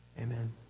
Amen